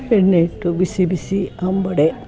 ಎಣ್ಣೆ ಇಟ್ಟು ಬಿಸಿ ಬಿಸಿ ಅಂಬೊಡೆ